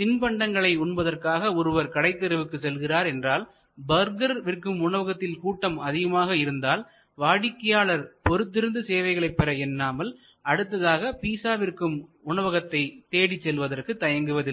தின்பண்டங்களை உண்பதற்காக ஒருவர் கடைத்தெருவுக்கு செல்கிறார் என்றால் பர்கர் விற்கும் உணவகத்தில் கூட்டம் அதிகமாக இருந்தால் வாடிக்கையாளர் பொறுத்திருந்து சேவைகளை பெற என்னாமல் அடுத்ததாக பீசா விற்கும் உணவகத்தை தேடிச் செல்வதற்கு தயங்குவதில்லை